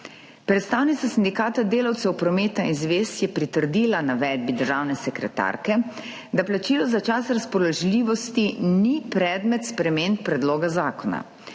Predstavnica Sindikata delavcev prometa in zvez Slovenije je pritrdila navedbi državne sekretarke, da plačilo za čas razpoložljivosti ni predmet sprememb predloga zakona.